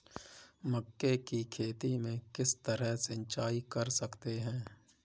मक्के की खेती में किस तरह सिंचाई कर सकते हैं?